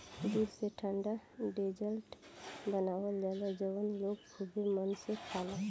दूध से ठंडा डेजर्ट बनावल जाला जवन लोग खुबे मन से खाला